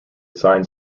signs